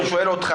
אני שואל אותך,